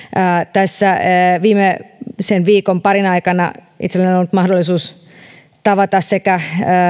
tässä viimeisen viikon parin aikana itselläni on ollut mahdollisuus tavata sekä